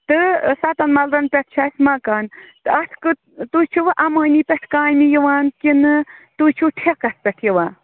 تہٕ سَتن مَلرن پیٚٹھ چھُ اَسہِ مَکانہٕ تہٕ اَتھ کۭژ تُہۍ چھِو اَمٲنۍ پیٚٹھ کامہِ یِوان کِنہٕ تُہۍ چھِو ٹھیکَس پیٚٹھ یِوان